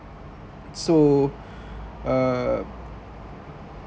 so err